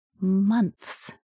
months